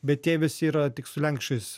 bet jie visi yra tik su lenkiškais